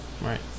Right